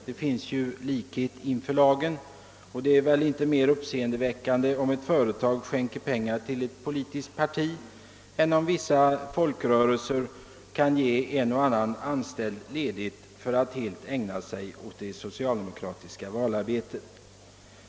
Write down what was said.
Det finns ju likhet inför lagen, och det är väl inte mera uppseendeväckande om ett företag skänker pengar till ett politiskt parti än att vissa folkrörelser ger en eller annan anställd ledigt för att helt ägna sig åt det socialdemokratiska valarbetet.